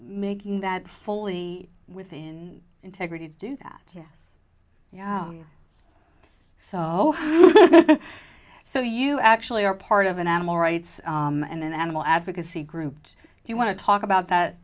making that fully within integrity to do that yes so so you actually are part of an animal rights and animal advocacy group if you want to talk about that